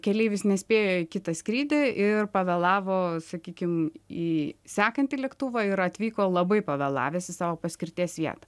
keleivis nespėjo į kitą skrydį ir pavėlavo sakykim į sekantį lėktuvą ir atvyko labai pavėlavęs į savo paskirties vietą